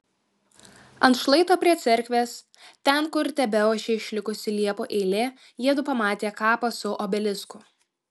ant šlaito prie cerkvės ten kur tebeošė išlikusi liepų eilė jiedu pamatė kapą su obelisku